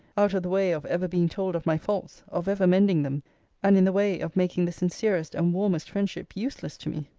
out of the way of ever being told of my faults of ever mending them and in the way of making the sincerest and warmest friendship useless to me.